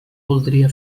voldria